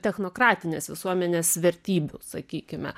technokratinės visuomenės vertybių sakykime